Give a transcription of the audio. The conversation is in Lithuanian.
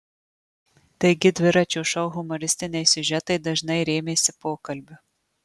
taigi dviračio šou humoristiniai siužetai dažnai rėmėsi pokalbiu